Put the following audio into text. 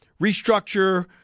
restructure